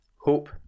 Hope